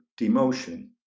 demotion